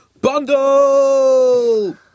Bundle